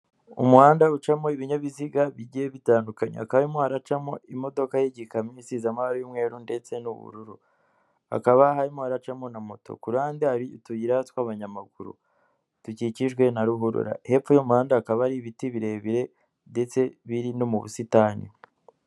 Umuhanda ucamo ibinyabiziga bigiye bitandukanye hakaba harimo haracamo imodoka y'igikamyo isize amabara y'umweru ndetse n'ubururu, hakaba harimo haracamo na moto ku ruhande hari utuyira tw'abanyamaguru dukikijwe na ruhurura hepfo y'umuhanda hakaba hari ibiti birebire ndetse biri no mu busitani.